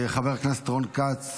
חבר הכנסת רון כץ